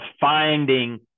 finding